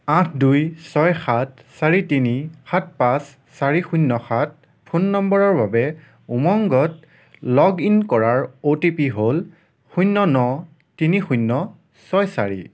আঠ দুই ছয় সাত চাৰি তিনি সাত পাঁচ চাৰি শূন্য সাত ফোন নম্বৰৰ বাবে উমংগত লগ ইন কৰাৰ অ' টি পি হ'ল শূন্য ন তিনি শূন্য ছয় চাৰি